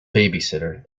babysitter